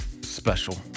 special